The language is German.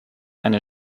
eine